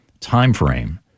timeframe